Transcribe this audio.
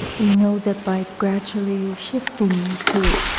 we know that by gradually shifting to